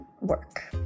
work